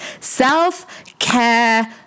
self-care